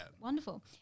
wonderful